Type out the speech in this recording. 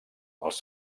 els